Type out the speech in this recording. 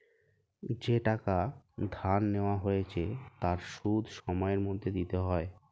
যেই টাকা ধার নেওয়া হয়েছে তার সুদ সময়ের মধ্যে দিতে হয়